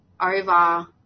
over